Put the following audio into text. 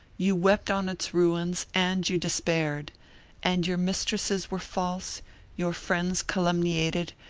you wept on its ruins and you despaired and your mistresses were false your friends calumniated,